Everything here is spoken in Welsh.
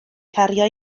cario